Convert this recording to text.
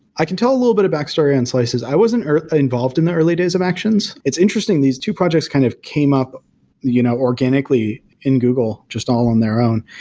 i can tell a little bit of backstory on slices. i wasn't involved in the early days of actions. it's interesting, these two projects kind of came up you know organically in google just all on their own,